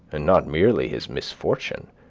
and not merely his misfortune.